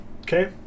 Okay